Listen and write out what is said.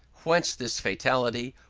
whence this fatality,